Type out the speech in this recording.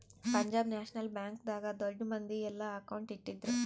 ಪಂಜಾಬ್ ನ್ಯಾಷನಲ್ ಬ್ಯಾಂಕ್ ದಾಗ ದೊಡ್ಡ ಮಂದಿ ಯೆಲ್ಲ ಅಕೌಂಟ್ ಇಟ್ಟಿದ್ರು